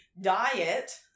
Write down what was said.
diet